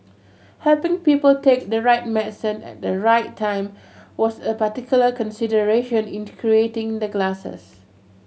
helping people take the right medicine at the right time was a particular consideration in creating the glasses